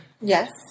Yes